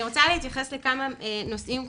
אני רוצה להתייחס לכמה נושאים קונקרטיים.